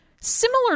similar